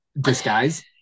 disguise